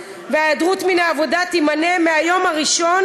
וההיעדרות מן העבודה תימנה מהיום הראשון